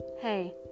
Hey